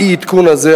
האי-עדכון הזה,